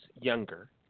younger